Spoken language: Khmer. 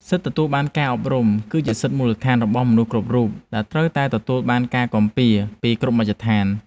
សិទ្ធិទទួលបានការអប់រំ គឺជាសិទ្ធិមូលដ្ឋានរបស់មនុស្សគ្រប់រូបដែលត្រូវតែទទួលបានការគាំពារពីគ្រប់មជ្ឈដ្ឋាន។